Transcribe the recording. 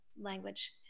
language